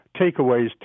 takeaways